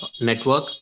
network